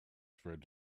friend